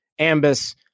Ambus